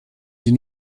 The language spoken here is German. sie